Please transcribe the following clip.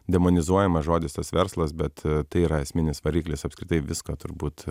demonizuojamas žodis tas verslas bet tai yra esminis variklis apskritai visko turbūt